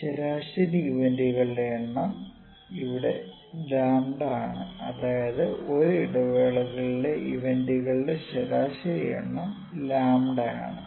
ശരാശരി ഇവന്റുകളുടെ എണ്ണം ഇവിടെ 𝝀 ആണ് അതായത് ഒരു ഇടവേളയിലെ ഇവന്റുകളുടെ ശരാശരി എണ്ണം 𝝀 ലാംഡ ആണ്